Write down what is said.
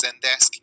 Zendesk